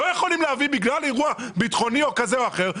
לא יכולים להביא בגלל אירוע ביטחוני כזה או אחר,